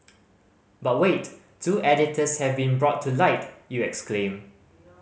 but wait two editors have been brought to light you exclaim